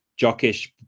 jockish